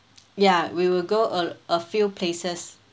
ya we will go a l~ a few places